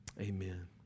Amen